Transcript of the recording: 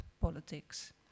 politics